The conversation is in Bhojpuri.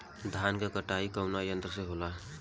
धान क कटाई कउना यंत्र से हो?